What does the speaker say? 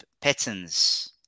patterns